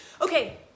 okay